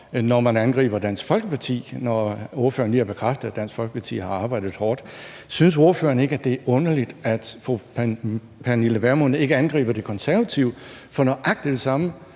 når man angriber Dansk Folkeparti, altså når ordføreren lige har bekræftet, at Dansk Folkeparti har arbejdet hårdt. Synes ordføreren ikke, at det er underligt, at fru Pernille Vermund ikke angriber De Konservative for nøjagtig det samme,